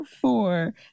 four